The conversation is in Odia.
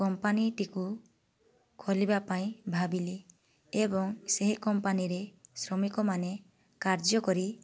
କମ୍ପାନୀଟିକୁ ଖୋଲିବା ପାଇଁ ଭାବିଲି ଏବଂ ସେହି କମ୍ପାନୀରେ ଶ୍ରମିକମାନେ କାର୍ଯ୍ୟ କରି